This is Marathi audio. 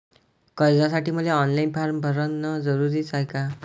कर्जासाठी मले ऑनलाईन फारम भरन जरुरीच हाय का?